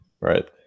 Right